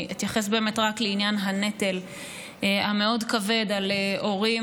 אני אתייחס רק לעניין הנטל המאוד-כבד על הורים,